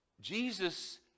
Jesus